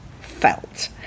felt